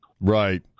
Right